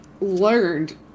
learned